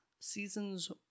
seasons